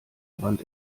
brand